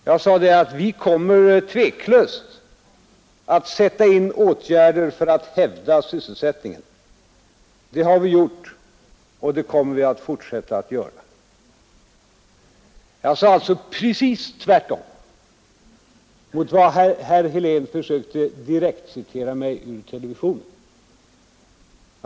Jag sade i stället att vi kommer tveklöst att sätta in åtgärder för att hävda sysselsättningen. Det har vi gjort, och det kommer vi att fortsätta att göra, Jag sade alltså precis tvärtom mot vad herr Helén försökte direktcitera mig från televisionen.